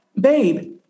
babe